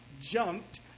jumped